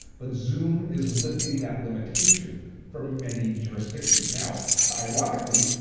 but zoom is lifting that limitation for many jurisdictions. now ironically,